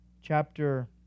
Chapter